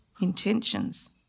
intentions